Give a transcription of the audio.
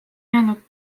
jäänud